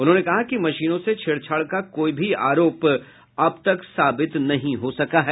उन्होंने कहा कि मशीनों से छेड़छाड़ का कोई भी आरोप अबतक साबित नहीं हो सका है